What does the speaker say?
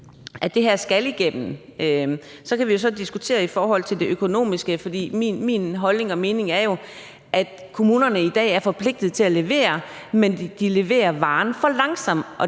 at det her skal igennem. Så kan vi diskutere det økonomiske, og min holdning og mening er jo, at kommunerne i dag er forpligtet til at levere, men at de leverer varen for langsomt.